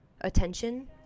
attention